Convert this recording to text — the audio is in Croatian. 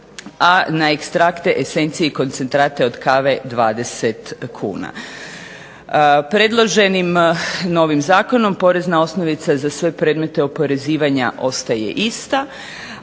a na ekstrakte, esencije i koncentrate od kave 20 kuna. Predloženim novim zakonom porezna osnovica za sve predmete oporezivanja ostaje ista,